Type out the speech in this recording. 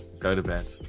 go to bed